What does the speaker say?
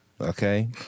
Okay